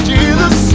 Jesus